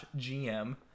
GM